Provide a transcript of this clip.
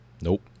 Nope